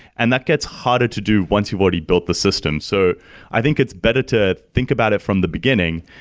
and that gets harder to do once you've already built the system. so i think it's better to think about it from the beginning,